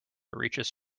reaches